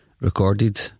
recorded